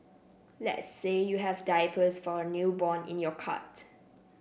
let's say you have diapers for a newborn in your cart